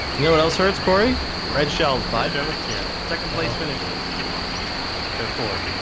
know, what else hurts cory red shells by joe's yeah second place finishes that's what they're for